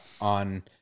on